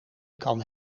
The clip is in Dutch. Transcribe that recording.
kan